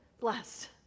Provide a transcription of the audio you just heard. blessed